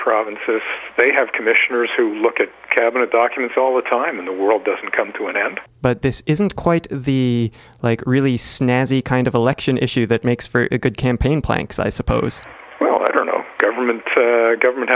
provinces they have commissioners who look at cabinet documents all the time in the world doesn't come to an end but this isn't quite the like really snazzy kind of election issue that makes for a good campaign planks i suppose well i don't know government government